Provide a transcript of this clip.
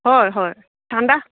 হয় হয় ঠাণ্ডা